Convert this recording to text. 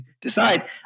decide